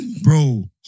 Bro